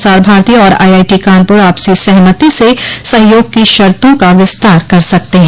प्रसार भारती और आईआईटी कानपुर आपसी सहमति से सहयोग की शर्तों का विस्तार कर सकते हैं